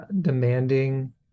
demanding